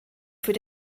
für